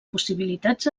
possibilitats